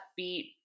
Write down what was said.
upbeat